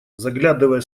заглядывая